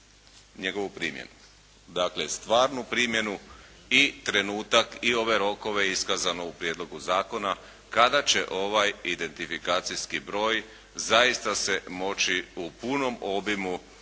njegovu primjenu. Dakle, stvarnu primjenu i trenutak i ove rokove iskazano u prijedlogu zakona kada će ovaj identifikacijski broj zaista se moći u punom obimu